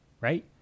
right